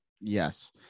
Yes